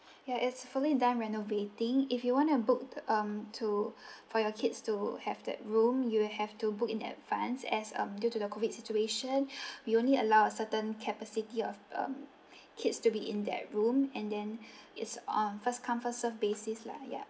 ya it's fully done renovating if you wanna book um to for your kids to have that room you will have to book in advanced as um due to the COVID situation we only allow a certain capacity of um kids to be in that room and then it's on first come first served basis lah ya